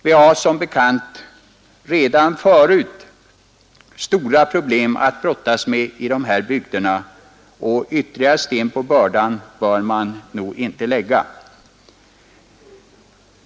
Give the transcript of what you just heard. Vi har som bekant redan förut stora problem att brottas med i dessa bygder, och ytterligare sten på bördan bör man nog inte lägga.